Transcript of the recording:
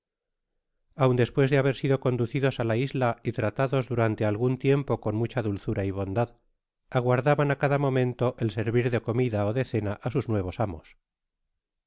aun despues de haber sido conducidos á la isla y tratados durante algun tiempo con mucha dol zura y bondad aguardaban á cada momento el servir de comida ó de cena á sus nuevos amos